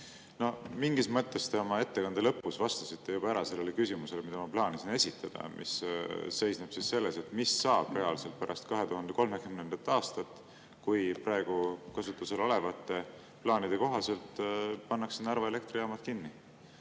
Mingis mõttes te oma ettekande lõpus vastasite juba ära sellele küsimusele, mida ma plaanin esitada. See seisneb selles, mis saab reaalselt pärast 2030. aastat, kui praegu kasutusel olevate plaanide kohaselt pannakse Narva elektrijaamad kinni.